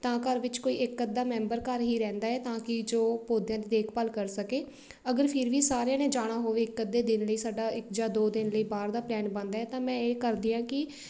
ਤਾਂ ਘਰ ਵਿੱਚ ਕੋਈ ਇੱਕ ਅੱਧਾ ਮੈਂਬਰ ਘਰ ਹੀ ਰਹਿੰਦਾ ਹੈ ਤਾਂ ਕਿ ਜੋ ਪੌਦਿਆਂ ਦੀ ਦੇਖਭਾਲ ਕਰ ਸਕੇ ਅਗਰ ਫਿਰ ਵੀ ਸਾਰਿਆਂ ਨੇ ਜਾਣਾ ਹੋਵੇ ਇੱਕ ਅੱਧੇ ਦਿਨ ਲਈ ਸਾਡਾ ਇੱਕ ਜਾਂ ਦੋ ਦਿਨ ਲਈ ਬਾਹਰ ਦਾ ਪਲੈਨ ਬਣਦਾ ਤਾਂ ਮੈਂ ਇਹ ਕਰਦੀ ਹਾਂ ਕਿ